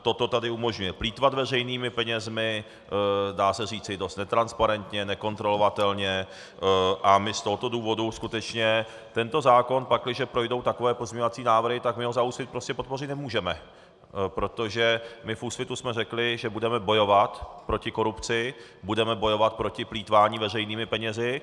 Toto tady umožňuje plýtvat veřejnými penězi, dá se říci dost netransparentně, nekontrolovatelně, a my z tohoto důvodu skutečně tento zákon, pakliže projdou takové pozměňovací návrhy, tak my ho prostě za Úsvit podpořit nemůžeme, protože my v Úsvitu jsme řekli, že budeme bojovat proti korupci, budeme bojovat proti plýtvání veřejnými penězi.